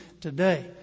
today